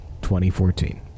2014